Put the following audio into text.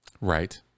right